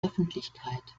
öffentlichkeit